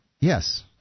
Yes